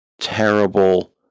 terrible